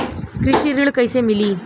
कृषि ऋण कैसे मिली?